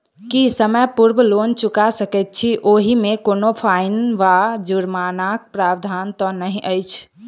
की समय पूर्व लोन चुका सकैत छी ओहिमे कोनो फाईन वा जुर्मानाक प्रावधान तऽ नहि अछि?